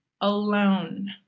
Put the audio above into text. alone